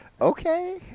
Okay